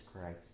Christ